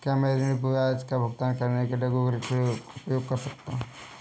क्या मैं ऋण ब्याज का भुगतान करने के लिए गूगल पे उपयोग कर सकता हूं?